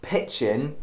Pitching